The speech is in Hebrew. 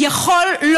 יכול,